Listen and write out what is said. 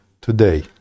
today